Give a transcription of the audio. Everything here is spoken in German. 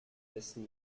dessen